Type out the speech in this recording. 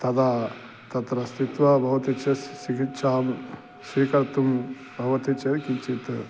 तदा तत्र स्थित्वा भवति चेत् चिकित्सां स्वीकर्तुं बवति चेत् किञ्चित्